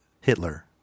Hitler